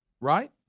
right